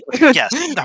Yes